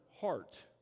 heart